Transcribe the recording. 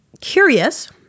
curious